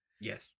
Yes